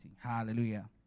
Hallelujah